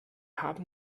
haben